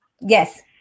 Yes